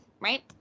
right